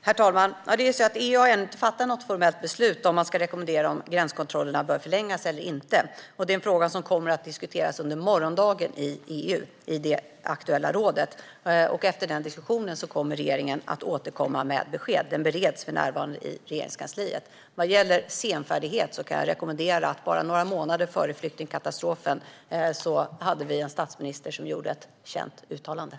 Herr talman! EU har ännu inte fattat något formellt beslut om man ska rekommendera att gränskontrollerna bör förlängas eller inte. Detta är en fråga som kommer att diskuteras i EU och i det aktuella rådet under morgondagen. Efter den diskussionen kommer regeringen att återkomma med besked. Detta bereds för närvarande i Regeringskansliet. Vad gäller senfärdighet kan jag rekommendera ett känt uttalande som gjordes av en statsminister som vi hade bara några månader före flyktingkatastrofen.